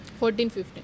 14-15